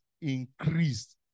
increased